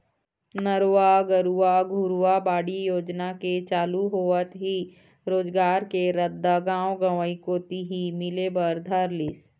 नरूवा, गरूवा, घुरूवा, बाड़ी योजना के चालू होवत ही रोजगार के रद्दा गाँव गंवई कोती ही मिले बर धर लिस